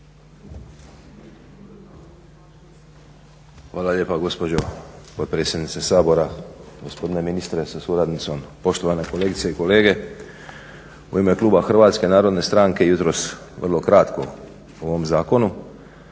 Hvala lijepa gospođo potpredsjednice Sabora, gospodine ministre sa suradnicima, poštovana kolegice i kolege. U ime Kluba Hrvatske narodne stranke jutros vrlo kratko o ovom Zakonu,